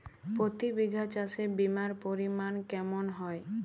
প্রতি বিঘা চাষে বিমার পরিমান কেমন হয়?